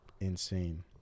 insane